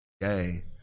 Yay